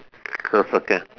so circle